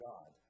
God